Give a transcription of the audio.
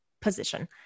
position